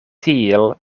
tiel